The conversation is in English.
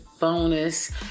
bonus